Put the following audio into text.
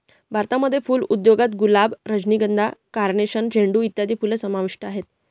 भारतामध्ये फुल उद्योगात गुलाब, रजनीगंधा, कार्नेशन, झेंडू इत्यादी फुलं समाविष्ट आहेत